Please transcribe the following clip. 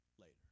later